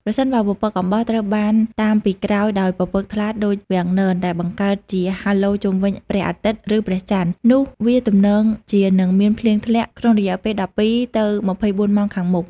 ប្រសិនបើពពកអំបោះ ត្រូវបានតាមពីក្រោយដោយពពកថ្លាដូចវាំងននដែលបង្កើតជាហាឡូជុំវិញព្រះអាទិត្យ ឬព្រះច័ន្ទ នោះវាទំនងជានឹងមានភ្លៀងធ្លាក់ក្នុងរយៈពេល ១២ ទៅ ២៤ ម៉ោងខាងមុខ។